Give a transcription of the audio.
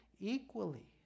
equally